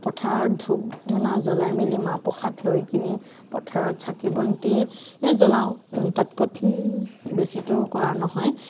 পথাৰত ধূপ ধূনা জ্বলাই মেলি মা প্ৰসাদ লৈ কেনি পথাৰত চাকি বন্তি জ্বলাওঁ তাত কৈ বেছিটো কৰা নহয়